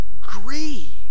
greed